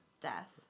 death